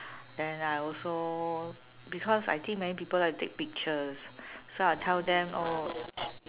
then I also because I think many people like to take pictures so I will tell them oh